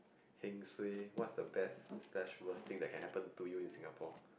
heng suay what's the best slash worst thing that can happen to you in Singapore